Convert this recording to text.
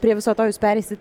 prie viso to jūs pereisit